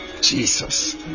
Jesus